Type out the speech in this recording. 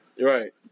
Right